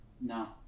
No